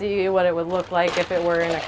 see what it would look like if it were in a